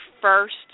first